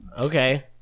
Okay